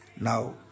Now